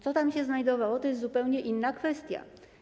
Co tam się znajdowało, to jest zupełnie inna kwestia.